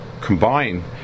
combine